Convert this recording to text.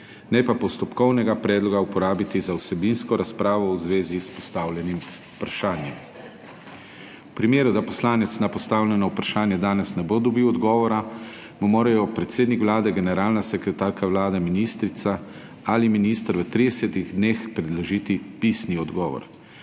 ne pa postopkovnega predloga uporabiti za vsebinsko razpravo v zvezi s postavljenim vprašanjem. Če poslanec na postavljeno vprašanje danes ne bo dobil odgovora, mu morajo predsednik Vlade, generalna sekretarka Vlade, ministrica ali minister v 30 dneh predložiti pisni odgovor.